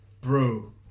Bro